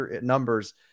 numbers